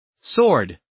sword